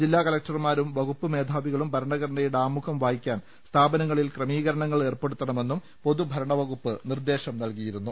ജില്ലാ കലക്ടർമാരും വകുപ്പ് മേധാവികളും ഭര ണഘടനയുടെ ആമുഖം വായിക്കാൻ സ്ഥാപനങ്ങളിൽ ക്രകമീ ക ര ണ ങ്ങൾ ഏർപ്പെടുത്തണ മെന്നും പൊതുഭരണവകുപ്പ് നിർദ്ദേശം നല്കിയിരുന്നു